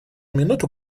минуту